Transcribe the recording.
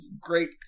great